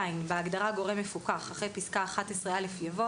בהגדרה "גורם מפוקח", אחרי פסקה (11א) יבוא: